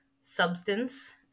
substance